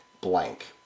blank